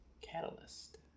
Catalyst